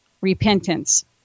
repentance